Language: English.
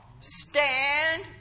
Stand